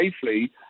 safely